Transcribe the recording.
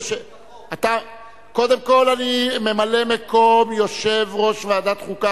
קודם כול ממלא-מקום יושב-ראש ועדת החוקה,